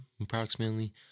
approximately